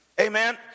amen